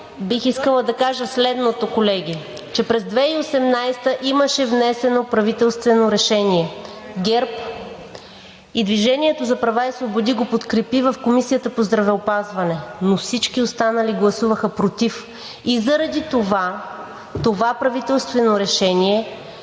Бих искала да кажа следното, колеги, че през 2018 г. имаше внесено правителствено решение. ГЕРБ и „Движението за права и свободи“ го подкрепи в Комисията по здравеопазване. Всички останали гласуваха против и заради това това правителствено решение